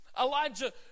Elijah